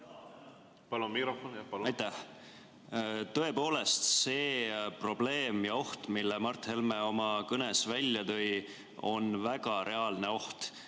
palun! Palun mikrofon! Aitäh! Tõepoolest, see probleem ja oht, mille Mart Helme oma kõnes välja tõi, on väga reaalne, ehk